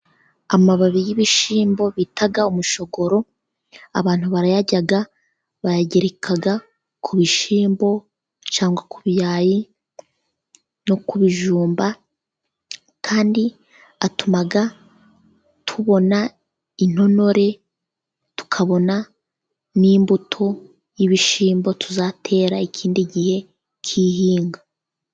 Amababi y'ibishyimbo bita umushogoro abantu barayarya, bayagereka ku bishyimbo cyangwa ku birayi no ku bijumba ,kandi atuma tubona intonore tukabona n'imbuto y'ibishyimbo tuzatera ikindi gihe cy'ihinga.